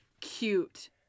cute